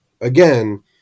again